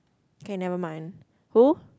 okay never mind who